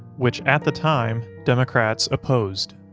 which at the time democrats opposed.